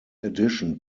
addition